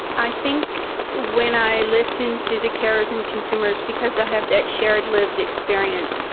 i think when i listen to the carers and consumers, because i have that shared lived experience,